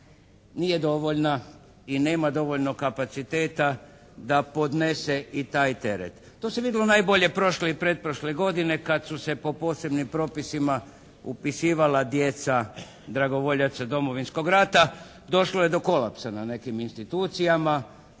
nije dovoljna i nema dovoljnog kapaciteta da podnese i taj teret. To se vidjelo najbolje prošle i pretprošle godine kad su se po posebnim propisima upisivala djeca dragovoljaca Domovinskog rata, došlo je do kolapsa na nekim institucijama